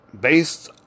based